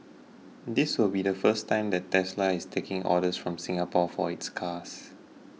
this will be the first time that Tesla is taking orders from Singapore for its cars